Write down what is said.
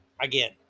again